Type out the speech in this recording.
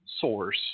source